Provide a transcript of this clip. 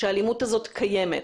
שהאלימות הזאת קיימת.